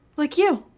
like you.